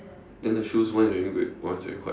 then the shoes one is wearing red one is wearing white